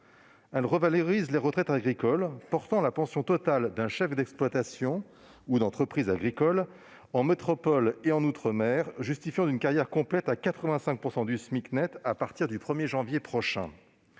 de revaloriser les retraites agricoles, portant la pension totale d'un chef d'exploitation ou d'entreprise agricole en métropole et en outre-mer justifiant d'une carrière complète à 85 % du SMIC net à partir du 1 janvier prochain.